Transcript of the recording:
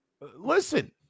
Listen